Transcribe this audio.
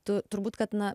tu turbūt kad na